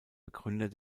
begründer